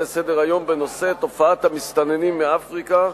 לסדר-היום בנושא: תופעת המסתננים מאפריקה,